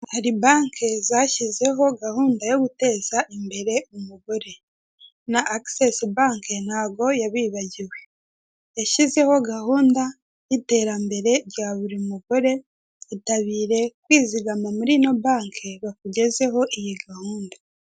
Hari banke zashyizeho gahunda yo guteza imbere umugore, na agisesi banki ntago yabibagiwe yashyizeho gahunda y'iterambere rya buri mugore, mwitabire kwizigama muri ino banki bakugezeho iyi gahunda.